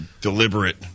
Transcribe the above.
deliberate